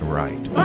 right